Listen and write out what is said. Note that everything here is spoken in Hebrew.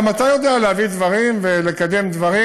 גם אתה יודע להביא דברים ולקדם דברים.